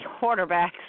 quarterbacks